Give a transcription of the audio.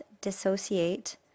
dissociate